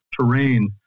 terrain